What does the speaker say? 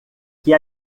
que